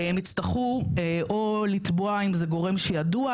הן יצטרכו לתבוע אם יהיה מדובר בגורם שהוא ידוע,